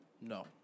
No